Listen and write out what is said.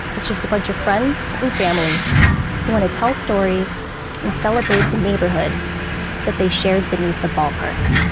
it's just a bunch of friends and family who want to tell stories and celebrate the neighborhood that they shared beneath the ballpark